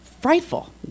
frightful